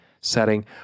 setting